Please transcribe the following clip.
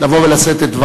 לאסוף את כל